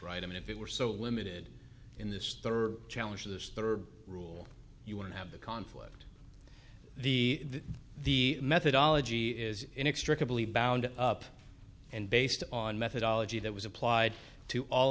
right and if it were so limited in this third challenge of this third rule you want to have the conflict the the methodology is inextricably bound up and based on methodology that was applied to all